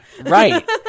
right